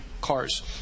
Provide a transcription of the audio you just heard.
cars